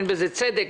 אין בזה צדק,